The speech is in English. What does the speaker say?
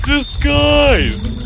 Disguised